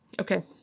Okay